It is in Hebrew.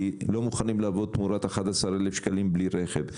כי לא מוכנים לעבוד תמורת 11 אלף שקלים בלי רכב.